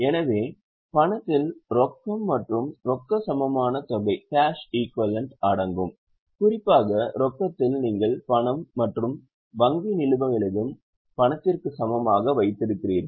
எனவே பணத்தில் ரொக்கம் மற்றும் ரொக்க சமமான தொகை அடங்கும் குறிப்பாக ரொக்கத்தில் நீங்கள் பணம் மற்றும் வங்கி நிலுவைகளையும் பணத்திற்கு சமமாக வைத்திருக்கிறீர்கள்